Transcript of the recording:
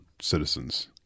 citizens